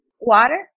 Water